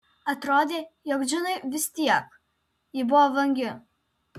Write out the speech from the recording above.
atrodė jog džinai vis tiek ji buvo vangi